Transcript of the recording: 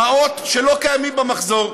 במעות שלא קיימות במחזור,